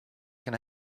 can